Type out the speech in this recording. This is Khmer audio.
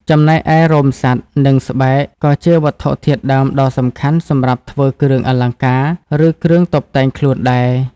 ចំណែកឯរោមសត្វ និងស្បែកក៏ជាវត្ថុធាតុដើមដ៏សំខាន់សម្រាប់ធ្វើគ្រឿងអលង្ការ ឬគ្រឿងតុបតែងខ្លួនដែរ។